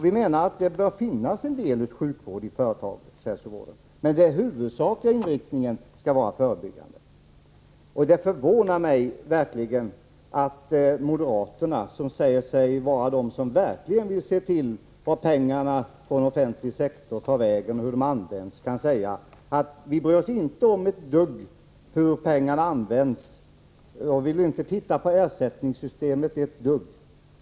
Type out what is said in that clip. Vi menar att det bör finnas en del sjukvård i företagshälsovården, men den huvudsakliga inriktningen skall vara förebyggande verksamhet. Det förvånar mig att moderaterna, som säger sig vara de som verkligen vill se vart pengarna inom den offentliga sektorn tar vägen och hur de används, kan säga: Vi bryr oss inte om hur pengarna används, och vi vill inte titta på ersättningssystemet.